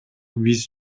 биз